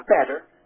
better